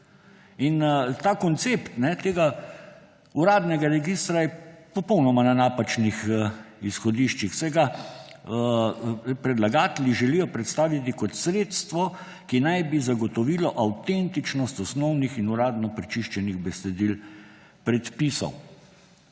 Koncept tega uradnega registra je na popolnoma napačnih izhodiščih, saj ga predlagatelji želijo predstaviti kot sredstvo, ki naj bi zagotovilo avtentičnost osnovnih in uradno prečiščenih besedil predpisov.